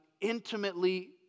intimately